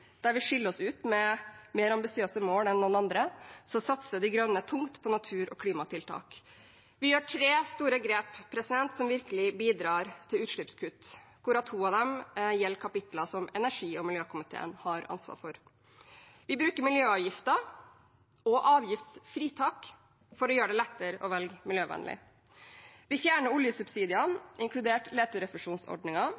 der vi skiller oss ut med mer ambisiøse mål enn noen andre, satser De Grønne tungt på natur- og klimatiltak. Vi gjør tre store grep som virkelig bidrar til utslippskutt, hvorav to gjelder kapitler som energi- og miljøkomiteen har ansvar for. Vi bruker miljøavgiften og avgiftsfritak for å gjøre det lettere å velge miljøvennlig. Vi fjerner